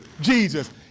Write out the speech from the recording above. Jesus